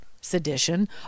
sedition